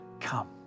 come